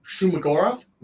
Shumagorov